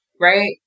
Right